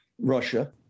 Russia